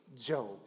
Job